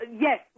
yes